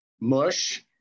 mush